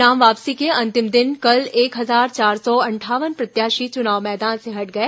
नाम वापसी के अंतिम दिन कल एक हजार चार सौ अंठावन प्रत्याशी चुनाव मैदान से हट गए